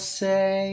say